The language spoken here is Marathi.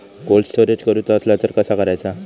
कोल्ड स्टोरेज करूचा असला तर कसा करायचा?